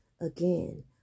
Again